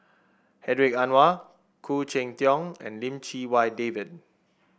Hedwig Anuar Khoo Cheng Tiong and Lim Chee Wai David